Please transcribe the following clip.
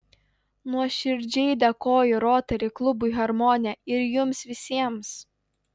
nuoširdžiai dėkoju rotary klubui harmonija ir jums visiems